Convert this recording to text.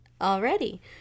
already